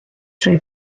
drwy